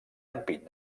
ampit